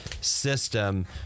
system